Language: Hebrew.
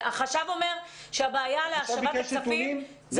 החשב אומר שהבעיה להשבת הכספים זה הנתונים.